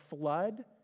flood